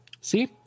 see